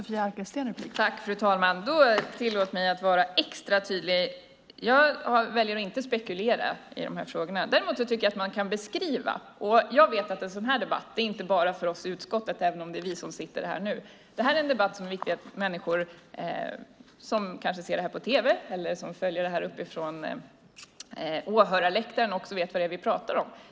Fru talman! Tillåt mig då att vara extra tydlig. Jag väljer att inte spekulera i de här frågorna. Däremot tycker jag att man kan beskriva vad det är vi diskuterar här. Och jag vet att en sådan här debatt inte bara är för oss i utskottet, även om det är vi som sitter här nu. Det här är en debatt där det är viktigt att människor som kanske ser den på tv eller följer den här från åhörarläktaren vet vad det är vi pratar om.